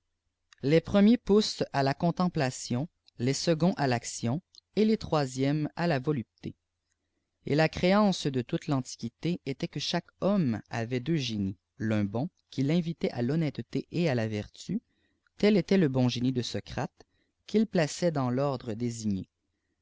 les premiers poussent à la contemplation les seconds à l'action et les troisièmes à la vohipté et la ciréance de toute l'antiité était que chaque homme avait deux génies l'un bon qui l'invitait à l'honnêteté et à la vertu tel était le bon génie de socrate qu'ils plaçaient dans l'ordre des